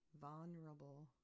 vulnerable